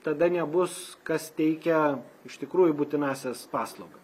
tada nebus kas teikia iš tikrųjų būtinąsias paslaugą